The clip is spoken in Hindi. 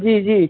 जी जी